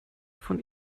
von